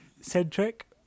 centric